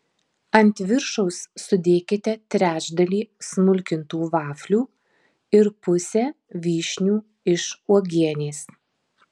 ant viršaus sudėkite trečdalį smulkintų vaflių ir pusę vyšnių iš uogienės